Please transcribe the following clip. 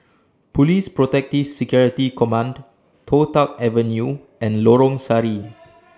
Police Protective Security Command Toh Tuck Avenue and Lorong Sari